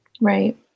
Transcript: Right